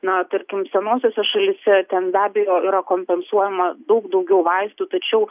na tarkim senosiose šalyse ten be abejo yra kompensuojama daug daugiau vaistų tačiau